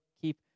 keep